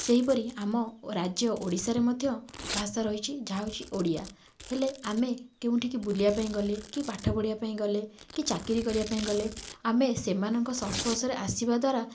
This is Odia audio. ସେହିପରି ଆମ ଓ ରାଜ୍ୟ ଓଡ଼ିଶାରେ ମଧ୍ୟ ଭାଷା ରହିଚି ଯାହା ହେଉଛି ଓଡ଼ିଆ ହେଲେ ଆମେ କେଉଁଠିକି ବୁଲିବା ପାଇଁ ଗଲେ କି ପାଠପଢ଼ିବା ପାଇଁ ଗଲେ କି ଚାକିରି କରିବା ପାଇଁ ଗଲେ ଆମେ ସେମାନଙ୍କ ସଂସ୍ପର୍ଶରେ ଆସିବା ଦ୍ଵାରା